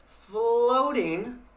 floating